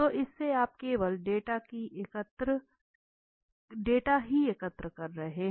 तो इससे आप केवल डेटा ही एकत्र कर रहे हैं